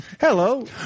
Hello